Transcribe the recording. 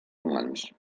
humans